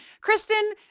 Kristen